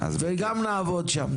וגם נעבוד שם.